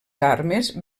armes